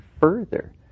further